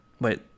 Wait